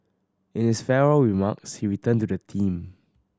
in his farewell remarks he returned to the theme